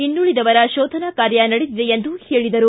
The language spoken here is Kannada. ಇನ್ನುಳಿದವರ ಶೋಧನಾ ಕಾರ್ಯ ನಡೆದಿದೆ ಎಂದರು